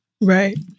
Right